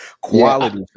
quality